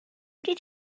did